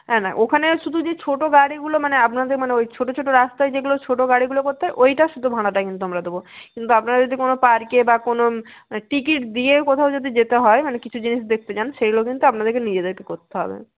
না না ওখানে শুধু যে ছোটো গাড়িগুলো মানে আপনাদের মানে ওই ছোটো ছোটো রাস্তায় যেগুলো ছোটো গাড়িগুলো করতে হয় ওইটা শুধু ভাড়াটা কিন্তু আমরা দেবো কিন্তু আপনারা যদি কোনো পার্কে বা কোনো টিকিট দিয়ে কোথাও যদি যেতে হয় মানে কিছু জিনিস দেখতে যান সেইগুলো কিন্তু আপনাদেরকে নিজেদেরকে করতে হবে